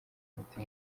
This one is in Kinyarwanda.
imiti